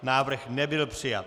Návrh nebyl přijat.